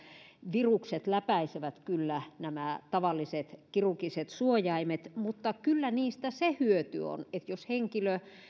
virukset läpäisevät kyllä nämä tavalliset kirurgiset suojaimet mutta kyllä niistä se hyöty on että jos henkilö